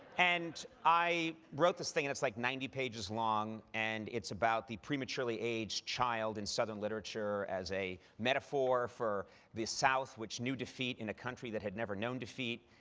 and i wrote this thing that's like ninety pages long, and it's about the prematurely aged child in southern literature as a metaphor for the south, which knew defeat in a country that had never known defeat.